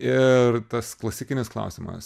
ir tas klasikinis klausimas